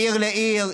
מעיר לעיר,